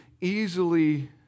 easily